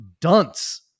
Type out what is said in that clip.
dunce